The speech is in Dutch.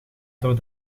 door